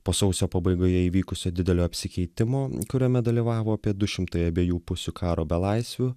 po sausio pabaigoje įvykusio didelio apsikeitimo kuriame dalyvavo apie du šimtai abiejų pusių karo belaisvių